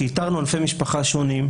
שאיתרנו ענפי משפחה שונים.